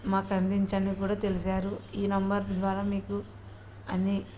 మాకు అందించమని కూడా తెలిసారు ఈ నెంబర్ ద్వారా మీకు అన్ని